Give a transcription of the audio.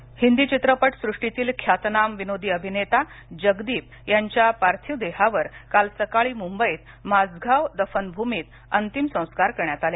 जगदीप हिंदी चित्रपट सृष्टीतील ख्यातनाम विनोदी अभिनेता जगदीप यांच्या पार्थिव देहावर काल सकाळी मुंबईत माझगाव दफनभूमीत अंतिमसंस्कार करण्यात आले